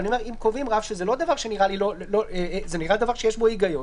אבל אם קובעים רף, שזה נראה דבר שיש בו היגיון,